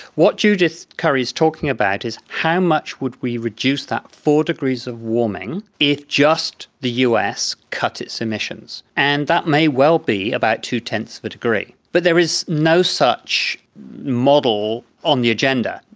what judith curry is talking about is how much would we reduce that four degrees of warming if just the us cut its emissions, and that may well be about two-tenths of a degree. but there is no such model on the agenda.